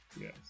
Yes